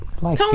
Tony